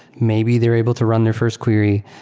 maybe they're able to run their first query,